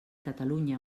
catalunya